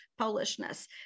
Polishness